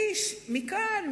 איש מכאן,